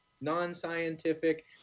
non-scientific